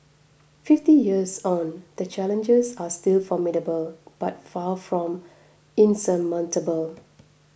fifty years on the challenges are still formidable but far from insurmountable